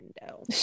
window